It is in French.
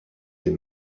des